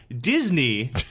Disney